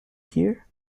hear